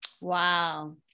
Wow